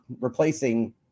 replacing